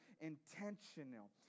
intentional